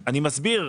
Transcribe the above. אני מסביר.